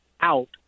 out